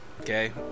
okay